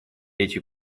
эти